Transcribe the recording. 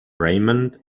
raymond